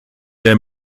der